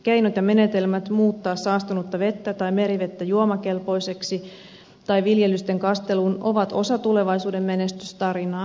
keinot ja menetelmät muuttaa saastunutta vettä tai merivettä juomakelpoiseksi tai viljelysten kasteluun kelpaavaksi ovat osa tulevaisuuden menestystarinaa